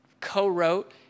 co-wrote